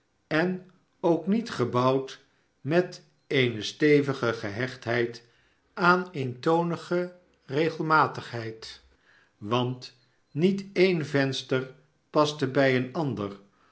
en ook niet gebouwd met eene stijve gehechtheid aan eentonige regelmatigheid want niet een venster paste bij een ander